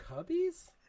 Cubbies